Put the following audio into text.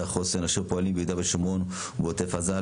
החוסן אשר פועלים ביהודה ושומרון ובעוטף עזה,